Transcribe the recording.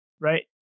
right